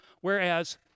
whereas